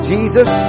Jesus